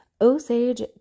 Osage